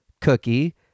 Cookie